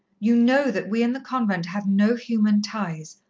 you know that we in the convent have no human ties,